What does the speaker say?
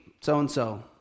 so-and-so